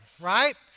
right